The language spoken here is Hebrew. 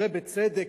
ובצדק,